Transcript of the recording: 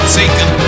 taken